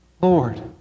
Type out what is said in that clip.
Lord